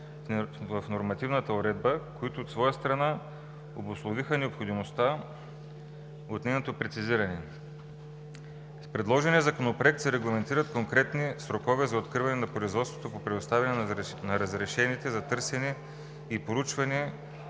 в нормативната уредба, които, от своя страна, обусловиха необходимостта от нейното прецизиране. С предложения законопроект се регламентират конкретни срокове за откриване на производството по предоставяне на разрешение за търсене и проучване